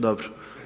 Dobro.